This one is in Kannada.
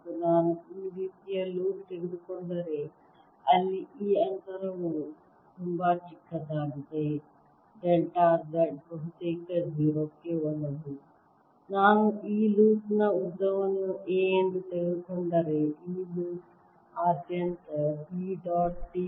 ಮತ್ತು ನಾನು ಈ ರೀತಿಯ ಲೂಪ್ ತೆಗೆದುಕೊಂಡರೆ ಅಲ್ಲಿ ಈ ಅಂತರವು ತುಂಬಾ ಚಿಕ್ಕದಾಗಿದೆ ಡೆಲ್ಟಾ z ಬಹುತೇಕ 0 ಕ್ಕೆ ಒಲವು ನಾನು ಈ ಲೂಪ್ ನ ಉದ್ದವನ್ನು a ಎಂದು ತೆಗೆದುಕೊಂಡರೆ ಈ ಲೂಪ್ ನ ಆದ್ಯಂತ B ಡಾಟ್ d